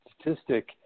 statistic